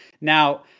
Now